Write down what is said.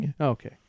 Okay